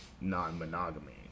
non-monogamy